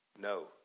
no